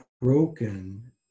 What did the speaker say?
broken